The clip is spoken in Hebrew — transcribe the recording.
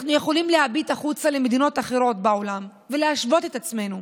אנחנו יכולים להביט החוצה למדינות אחרות בעולם ולהשוות את עצמנו.